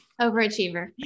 overachiever